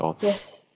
Yes